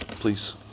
please